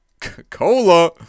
Cola